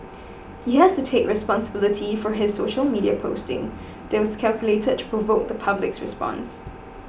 he has to take responsibility for his social media posting that was calculated to provoke the public's response